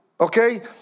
Okay